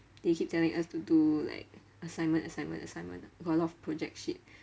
they keep telling us to do like assignment assignment assignment got a lot of project shit